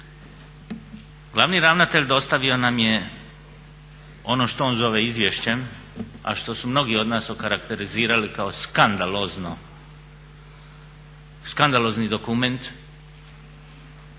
Glavni ravnatelj dostavio nam je ono što on zove izvješćem, a što su mnogi od nas okarakterizirali kao skandalozni dokument